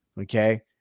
Okay